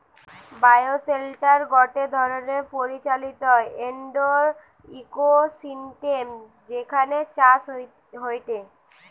bioshelter গটে ধরণের পরিচালিত ইন্ডোর ইকোসিস্টেম যেখানে চাষ হয়টে